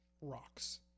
rocks